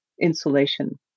insulation